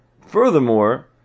Furthermore